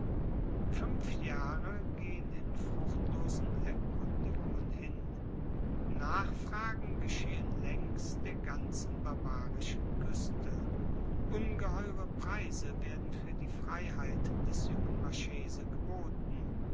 fünf jahre gehen in fruchtlosen erkundigungen hin nachfragen geschehen längs der ganzen barbarischen küste ungeheure preise werden für die freiheit des jungen marchese geboten